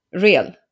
real